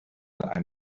ein